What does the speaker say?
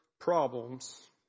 problems